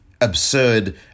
absurd